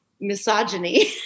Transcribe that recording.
misogyny